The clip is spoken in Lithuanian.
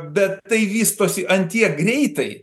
bet tai vystosi ant tiek greitai